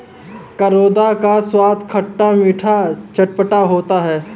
करौंदा का स्वाद खट्टा मीठा चटपटा होता है